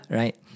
right